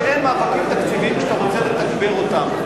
שאין מאבקים תקציביים כשאתה רוצה לתגבר אותם.